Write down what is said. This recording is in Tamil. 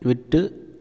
விட்டு